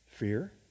Fear